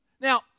Now